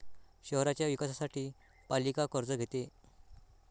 शहराच्या विकासासाठी पालिका कर्ज घेते